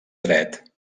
dret